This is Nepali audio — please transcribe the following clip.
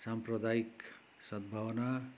सम्प्रदायिक सद्भावना